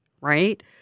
right